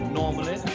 normally